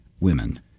women